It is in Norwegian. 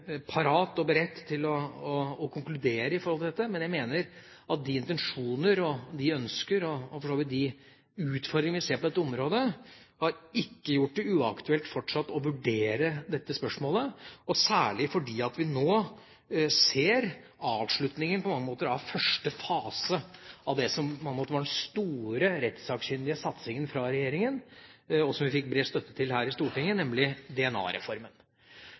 beredt til å konkludere når det gjelder dette. Men jeg mener at de intensjoner, de ønsker og for så vidt de utfordringer vi ser på dette området, ikke har gjort det uaktuelt fortsatt å vurdere dette spørsmålet, særlig fordi vi nå ser avslutningen på første fase av det som på en måte var den store rettssakkyndige satsingen fra regjeringa, og som vi fikk bred støtte til her i Stortinget, nemlig